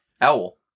Owl